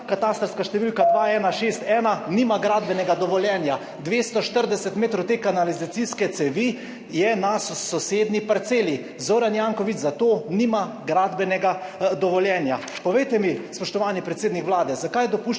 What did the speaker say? katastrska številka 2161 nima gradbenega dovoljenja, 240 metrov te kanalizacijske cevi je na sosednji parceli. Zoran Janković za to nima gradbenega dovoljenja. Povejte mi, spoštovani predsednik Vlade: Zakaj dopuščate